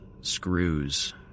screws